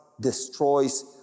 destroys